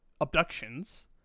abductions